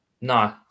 No